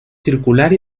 circular